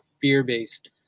fear-based